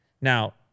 Now